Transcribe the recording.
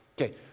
Okay